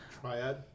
Triad